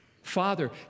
Father